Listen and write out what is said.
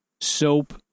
soap